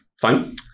Fine